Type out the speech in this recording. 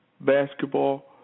basketball